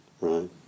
right